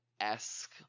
esque